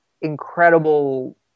incredible